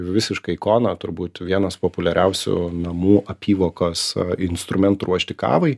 visiška ikona turbūt vienas populiariausių namų apyvokos instrumentų ruošti kavai